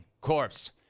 corpse